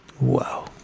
Wow